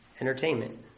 Entertainment